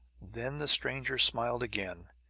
then the stranger smiled again,